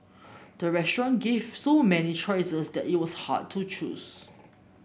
the restaurant gave so many choices that it was hard to choose